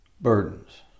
burdens